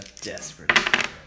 desperate